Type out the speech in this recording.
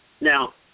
now